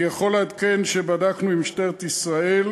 אני יכול לעדכן שבדקנו עם משטרת ישראל,